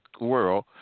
world